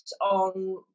on